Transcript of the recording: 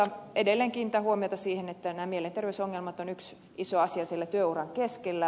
edelleen kiinnitän huomiota siihen että nämä mielenterveysongelmat ovat yksi iso asia siellä työuran keskellä